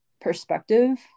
perspective